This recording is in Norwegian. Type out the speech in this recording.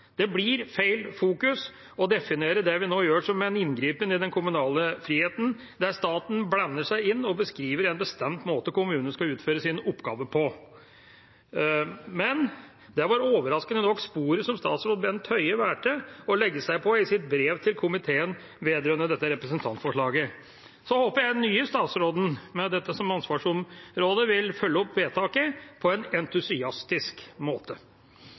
Det blir feil fokus å definere det vi nå gjør, som en inngripen i den kommunale friheten, der staten blander seg inn og beskriver en bestemt måte kommunene skal utføre sin oppgave på. Men det var overraskende nok sporet som statsråd Bent Høie valgte å legge seg på i sitt brev til komiteen vedrørende dette representantforslaget. Så håper jeg den nye statsråden med dette som ansvarsområde vil følge opp vedtaket på en entusiastisk måte.